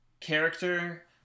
character